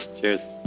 Cheers